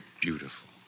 beautiful